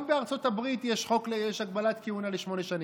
גם בארצות הברית יש הגבלת כהונה לשמונה שנים,